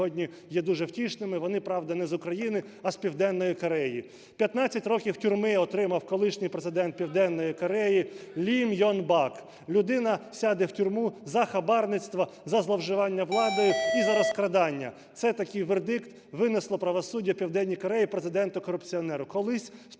вони, правда, не з України, а з Південної Кореї. 15 років тюрми отримав колишній Президент Південної Кореї Лі Мьон Бак. Людина сяде в тюрму за хабарництво, за зловживання владою і за розкрадання. Це такий вердикт винесло правосуддя в Південній Кореї президенту-корупціонеру. Колись, сподіваюсь,